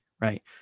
right